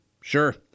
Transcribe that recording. Sure